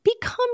become